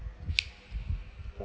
part two